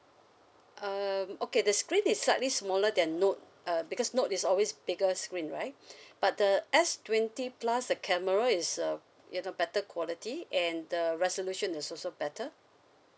um okay the screen is slightly smaller than note uh because note is always bigger screen right but the S twenty plus the camera is uh in a better quality and the resolution is also better